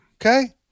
okay